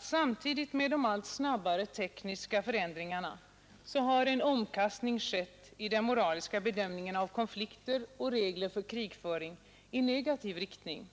Samtidigt med de allt snabbare tekniska förändringarna har en omkastning skett i negativ riktning i den moraliska bedömningen av konflikter och regler för Nr 92 krigföring.